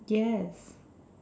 yes